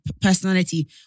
personality